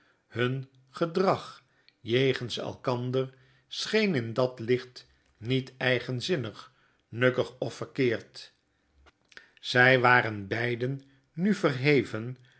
hun gedrag jegens elkander scheen in dat licht nieteigenzinnig nukkig of verkeerd zy waren beiden nu verheven